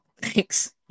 thanks